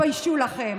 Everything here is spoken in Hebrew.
תתביישו לכם.